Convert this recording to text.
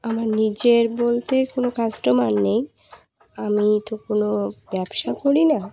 আমার নিজের বলতে কোনো কাস্টমার নেই আমি তো কোনো ব্যবসা করি না